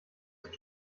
ist